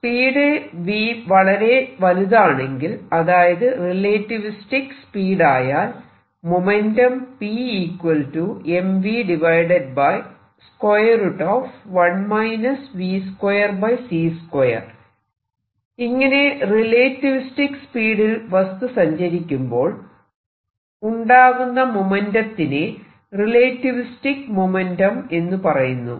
speed v വളരെ വലുതാണെങ്കിൽ അതായത് റിലേറ്റിവിസ്റ്റിക് സ്പീഡ് ആയാൽ മൊമെന്റം ഇങ്ങനെ റിലേറ്റിവിസ്റ്റിക് സ്പീഡിൽ വസ്തു സഞ്ചരിക്കുമ്പോൾ ഉണ്ടാകുന്ന മൊമെന്റ്റത്തിനെ റിലേറ്റിവിസ്റ്റിക് മൊമെന്റം എന്ന് പറയുന്നു